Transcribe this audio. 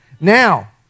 Now